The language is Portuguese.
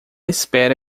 espera